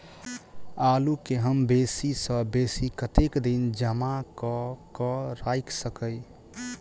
आलु केँ हम बेसी सऽ बेसी कतेक दिन जमा कऽ क राइख सकय